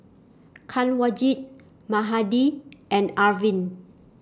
Kanwaljit Mahade and Arvind